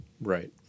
Right